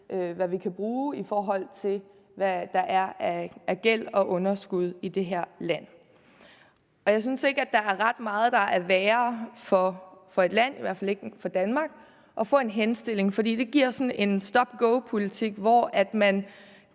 hvad vi kan bruge, og hvad der er af gæld og underskud i det her land. Jeg synes ikke, at der er ret meget, der er værre for et land, i hvert fald ikke for Danmark, end at få en henstilling. For det giver sådan en stop-go-politik, hvor man